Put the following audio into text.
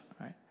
right